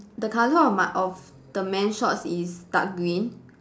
the colour of my of the man's shorts is dark green